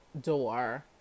door